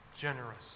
generous